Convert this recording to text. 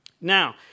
Now